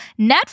Netflix